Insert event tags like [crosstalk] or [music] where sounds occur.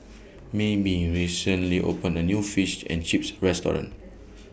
[noise] Mayme recently opened A New Fish and Chips Restaurant